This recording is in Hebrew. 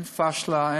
אין פשלה,